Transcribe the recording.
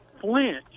flinch